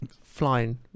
flying